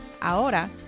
Ahora